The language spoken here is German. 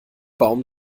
baum